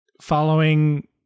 following